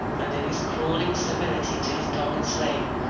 and in his crawling servility to his dog and slave,